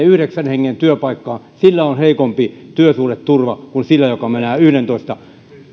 yhdeksän hengen työpaikkaan on heikompi työsuhdeturva kuin sillä joka menee yhdentoista